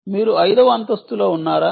మీరు ఐదవ అంతస్తులో ఉన్నారా